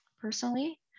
personally